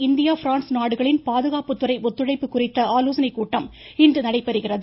தொடர்ந்து India France நாடுகளின் பாதுகாப்பு துறை ஒத்துழைப்பு குறித்த ஆலோசனைக்கூட்டம் இன்று நடைபெறுகிறது